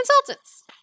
consultants